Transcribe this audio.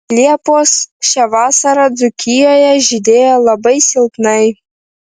liepos šią vasarą dzūkijoje žydėjo labai silpnai